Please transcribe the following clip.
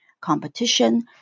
competition